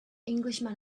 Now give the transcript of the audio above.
englishman